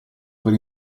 per